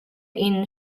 ihnen